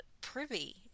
privy